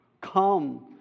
Come